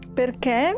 perché